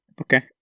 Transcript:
Okay